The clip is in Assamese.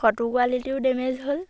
ফটো কোৱালিটিও ডেমেজ হ'ল